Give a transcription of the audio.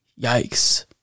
Yikes